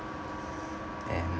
and